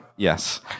Yes